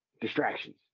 distractions